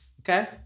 Okay